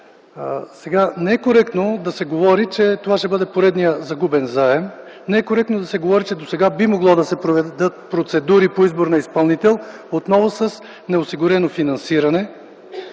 не е коректно да се говори, че това ще бъде поредният загубен заем. Не е коректно да се говори, че досега би могло да се проведат процедури по избор на изпълнител отново с неосигурено финансиране.